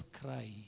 cry